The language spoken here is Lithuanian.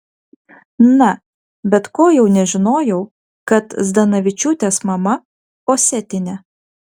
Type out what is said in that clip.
na bet ko jau nežinojau kad zdanavičiūtės mama osetinė